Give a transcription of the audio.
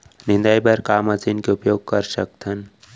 निंदाई बर का मशीन के उपयोग कर सकथन?